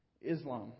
Islam